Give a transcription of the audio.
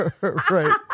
Right